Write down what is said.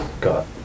got